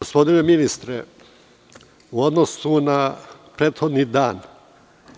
Gospodine ministre, u odnosu na prethodni dan